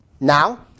Now